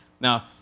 Now